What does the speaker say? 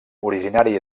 originari